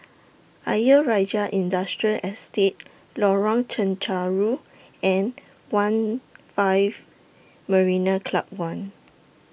Ayer Rajah Industrial Estate Lorong Chencharu and one five Marina Club one